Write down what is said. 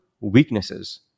weaknesses